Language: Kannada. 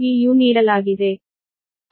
u ನೀಡಲಾಗಿದೆ